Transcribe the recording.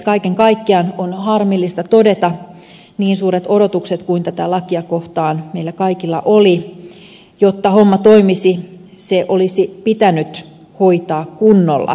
kaiken kaikkiaan on harmillista todeta niin suuret odotukset kuin tätä lakia kohtaan meillä kaikilla oli että jotta homma toimisi se olisi pitänyt hoitaa kunnolla kerralla